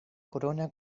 corona